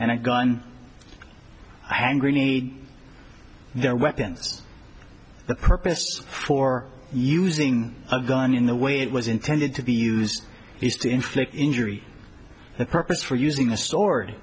and a gun hangry need their weapons the purpose for using a gun in the way it was intended to be used is to inflict injury and purpose for using a stored